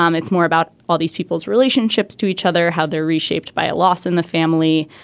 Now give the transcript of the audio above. um it's more about all these people's relationships to each other how they're reshaped by a loss in the family.